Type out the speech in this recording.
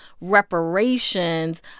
reparations